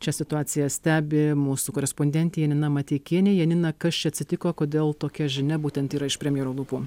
čia situaciją stebi mūsų korespondentė janina mateikienė janina kas čia atsitiko kodėl tokia žinia būtent yra iš premjero lūpų